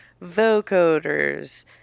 vocoders